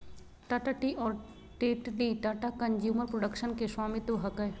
Tata Tea और Tetley Tata Consumer Products के स्वामित्व हकय